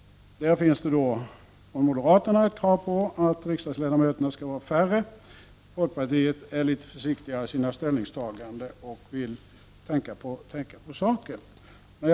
Här finns det krav från moderaterna på att det skall vara färre riksdagsledamöter. Folkpartiet är litet försiktigare i sina ställningstaganden och vill tänka på saken.